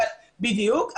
בדיוק,